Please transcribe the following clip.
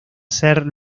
ser